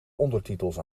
ondertitels